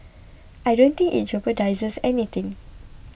I don't think it jeopardises anything